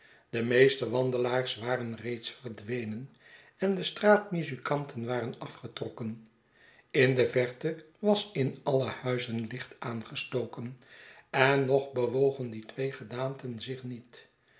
de meeste wandelaars waren reeds verdwenen en de straatmuzikanten waren afgetrokken in de verte was in alle huizen licht aangestoken en nog bewogen die twee gedaanten zich niet